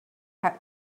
had